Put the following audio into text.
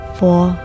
four